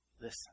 Listen